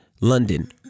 London